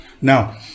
Now